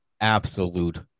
absolute